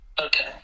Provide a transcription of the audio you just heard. Okay